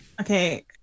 Okay